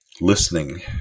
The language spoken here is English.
listening